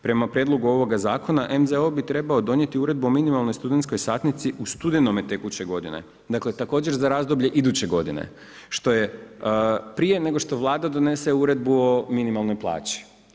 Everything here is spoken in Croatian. Prema prijedlogu ovoga zakona MZO bi trebao donijeti uredbu o minimalnoj studentskoj satnici u studenome tekuće godine, također za razdoblje iduće godine što je prije nego što Vlada donese uredbu o minimalnoj plaći.